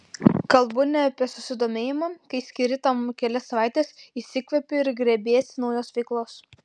kalbu ne apie susidomėjimą kai skiri tam kelias savaites išsikvepi ir grėbiesi naujos veiklos